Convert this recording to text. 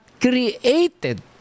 created